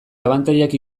abantailak